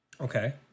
Okay